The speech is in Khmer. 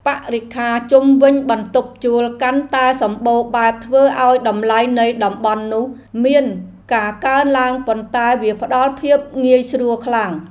បរិក្ខារជុំវិញបន្ទប់ជួលកាន់តែសម្បូរបែបធ្វើឱ្យតម្លៃនៃតំបន់នោះមានការកើនឡើងប៉ុន្តែវាផ្តល់ភាពងាយស្រួលខ្លាំង។